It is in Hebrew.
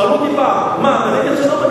שאלו אותי פעם, מה, אתה נגד שלום?